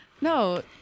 No